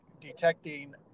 detecting